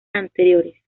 anteriores